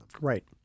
Right